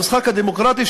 במשחק הדמוקרטי,